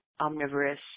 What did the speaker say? omnivorous